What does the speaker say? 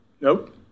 Nope